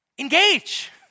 Engage